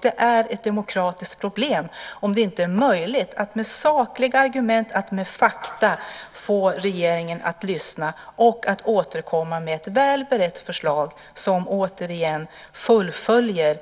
Det är ett demokratiskt problem om det inte är möjligt att med sakliga argument och fakta få regeringen att lyssna och att återkomma med ett väl berett förslag som lever upp till